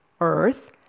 earth